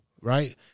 right